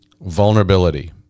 Vulnerability